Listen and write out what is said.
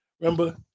remember